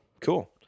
cool